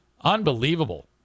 Unbelievable